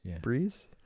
Breeze